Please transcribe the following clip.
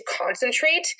concentrate